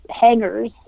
hangers